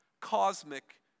cosmic